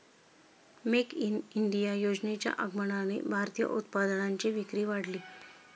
make in India योजनेच्या आगमनाने भारतीय उत्पादनांची विक्री वाढली